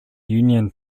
union